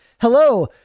hello